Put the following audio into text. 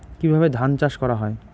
কিভাবে ধান চাষ করা হয়?